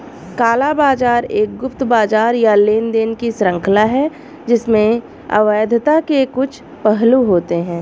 काला बाजार एक गुप्त बाजार या लेनदेन की श्रृंखला है जिसमें अवैधता के कुछ पहलू होते हैं